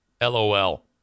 LOL